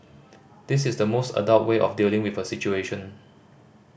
this is the most adult way of dealing with a situation